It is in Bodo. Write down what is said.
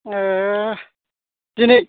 ए दिनै